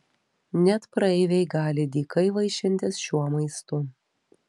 net praeiviai gali dykai vaišintis šiuo maistu